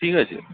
ঠিক আছে